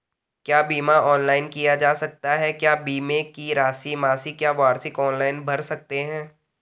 क्या बीमा ऑनलाइन किया जा सकता है क्या बीमे की राशि मासिक या वार्षिक ऑनलाइन भर सकते हैं?